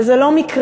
וזה לא מקרה,